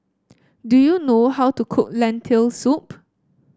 do you know how to cook Lentil Soup